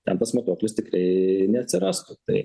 ten tas matuoklis tikrai neatsirastų tai